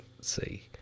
see